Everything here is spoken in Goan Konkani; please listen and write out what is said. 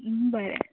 बरें